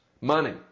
money